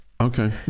Okay